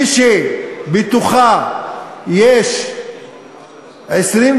ממשלה שבתוכה יש 25